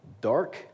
dark